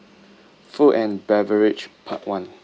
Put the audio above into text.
food and beverage part one